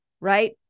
right